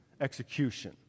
execution